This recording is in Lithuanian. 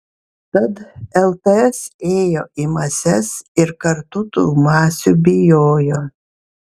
tad lts ėjo į mases ir kartu tų masių bijojo